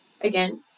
again